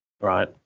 right